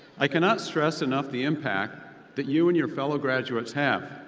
i cannot stress enough the impact that you and your fellow graduates have.